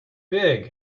big